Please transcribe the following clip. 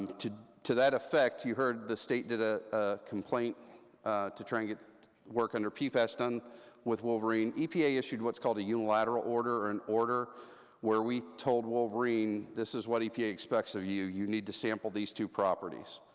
um to to that effect, you heard the state did ah a complaint to try and get work under pfas done with wolverine. epa issued what's called a unilateral order, or an order where we told wolverine, this is what epa expects of you, you need to sample these two properties,